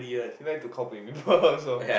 he like to kao pei people also